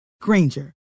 Granger